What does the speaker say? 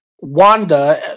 Wanda